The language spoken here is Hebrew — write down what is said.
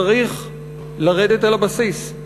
צריך לרדת אל הבסיס.